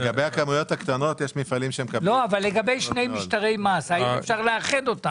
לגבי שני משטרי מס, האם אפשר לאחד אותם?